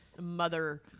mother